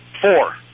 Four